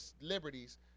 liberties